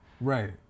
Right